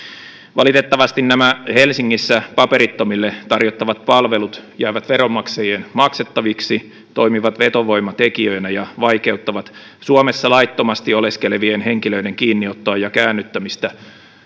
valitettavasti nämä helsingissä paperittomille tarjottavat palvelut jäävät veronmaksajien maksettaviksi toimivat vetovoimatekijöinä ja vaikeuttavat suomessa laittomasti oleskelevien henkilöiden kiinniottoa ja käännyttämistä